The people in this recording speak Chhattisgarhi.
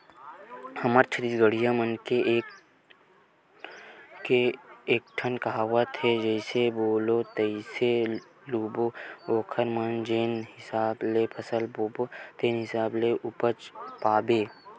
हमर छत्तीसगढ़िया मन के एकठन कहावत हे जइसे बोबे तइसने लूबे ओखर माने जेन हिसाब ले फसल बोबे तेन हिसाब ले उपज पाबे